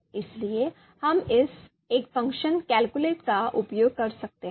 इसलिए हम इस एक फ़ंक्शन calculate का उपयोग कर सकते हैं